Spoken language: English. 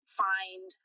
find